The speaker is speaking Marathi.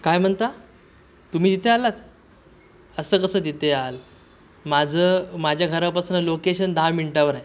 काय म्हणता तुम्ही तिथे आलात असं कसं तिथे याल माझं माझ्या घरापासनं लोकेशन दहा मिनटावर आहे